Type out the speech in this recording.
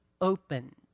opened